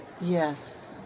Yes